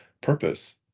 purpose